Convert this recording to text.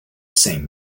same